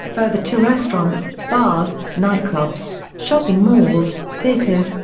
further to restaurants, bars, nightclubs, shopping malls, theaters,